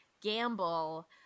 gamble